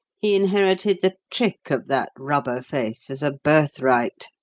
he inherited the trick of that rubber face as a birthright.